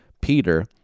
Peter